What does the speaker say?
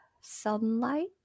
sunlight